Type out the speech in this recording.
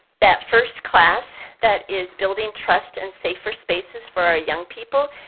that first class that is building trust and safer spaces for our young people,